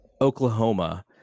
Oklahoma